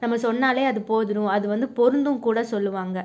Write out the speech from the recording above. நம்ம சொன்னாலே அது போதும் அது வந்து பொருந்தும் கூட சொல்லுவாங்க